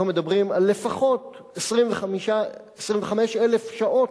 אנחנו מדברים על לפחות 25,000 שעות.